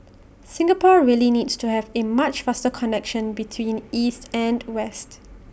Singapore really needs to have A much faster connection between east and west